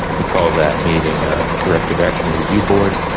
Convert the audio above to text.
we call that meeting ah corrective action review board,